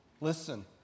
Listen